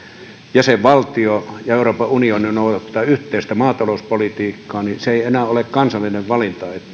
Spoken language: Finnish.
jäsenvaltio ja kun euroopan unioni noudattaa yhteistä maatalouspolitiikkaa niin se ei enää ole kansallinen valinta